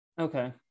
Okay